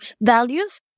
values